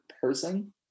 person